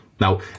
Now